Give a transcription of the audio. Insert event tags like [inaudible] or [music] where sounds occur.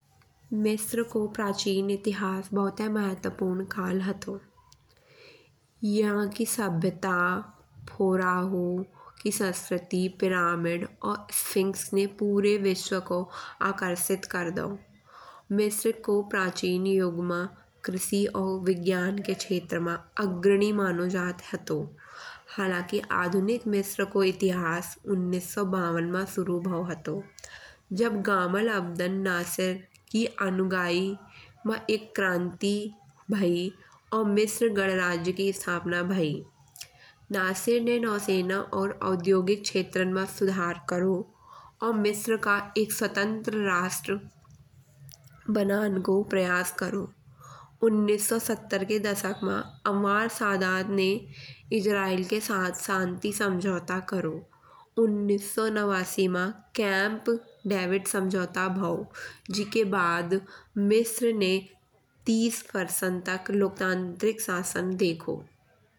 मिश्र को प्राचीन इतिहास बहुत ही महत्वपूर्ण कल हतो। यहा की सभ्यता [unintelligible] ई संस्क्रति पिरामिड और स्विंग्स ने पूरे देश को आकर्षित कर दाओ। मिश्र को प्राचीन युग मा कृषि और विज्ञान के क्षेत्र मा अग्रदी मानो जात हतो। हालाकि आधुनिक मिश्र को इतिहास उन्नीस सौ बावन मा शुरू भाओ हतो। जब गमाल अब्दन नासिर की अनुगई मा एक क्रांति भई। और मिश्र गणराज्य की स्थापना भई। नासिर ने नौसेना और औद्योगिक क्षेत्रों मा सुधार करो। और मिश्र का एक स्वतंत्र राष्ट्र बनन को प्रयास करो। उन्नीस सौ सत्तर के दशक मा अमर शदाद ने इस्राइल के साथ शांति समझौता करो। उन्नीस सौ नवासी मा कैम्प-डेविड समझौता भाओ। जि के बाद मिश्र ने तीस वर्षन तक लोकतांत्रिक शासन देखो।